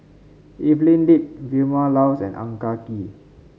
Evelyn Lip Vilma Laus and Ang Ah Tee